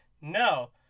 no